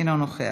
אינו נוכח,